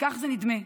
וכך זה נדמה,